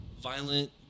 violent